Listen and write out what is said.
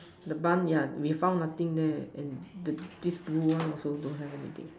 the bunk ya we found nothing there and this blue don't have nothing